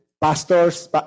pastors